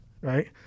right